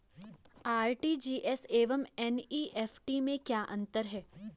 RTGS एवं NEFT में क्या अंतर है?